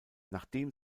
nachdem